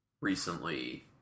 recently